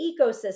ecosystem